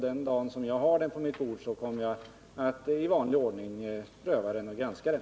Den dag när jag har fått den på mitt bord kommer jag att i vanlig ordning granska och pröva den.